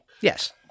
Yes